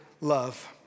love